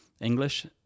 English